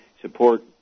support